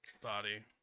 body